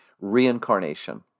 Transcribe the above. Reincarnation